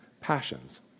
passions